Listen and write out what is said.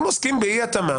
אם עוסקים באי התאמה,